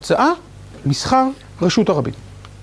הצעה, מסחר, רשות ערבית.